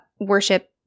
worship